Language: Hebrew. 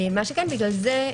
בגלל זה,